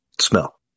Smell